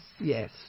Yes